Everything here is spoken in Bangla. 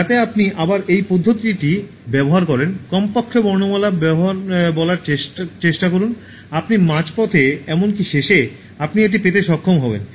যাতে আপনি আবার এই পদ্ধতিটি ব্যবহার করেন কমপক্ষে বর্ণমালা বলার চেষ্টা করুন আপনি মাঝপথে এমনকি শেষে আপনি এটি পেতে সক্ষম হবেন